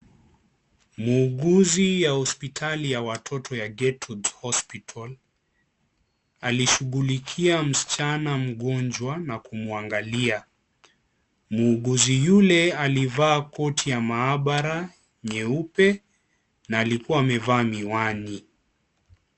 Muuguzi ya hospitali ya a watoto wa Getut Hospital akishughulikia msichana mgonjwa na kumwangalia. Muuguzi yule alivaa koti ya mahabara yeupe na alikuwa amevaa miwani.